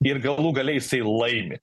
ir galų gale jisai laimi